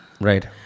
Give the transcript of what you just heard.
right